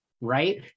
right